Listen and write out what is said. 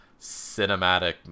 cinematic